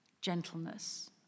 gentleness